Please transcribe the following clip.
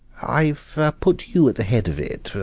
i've put you at the head of it,